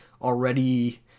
already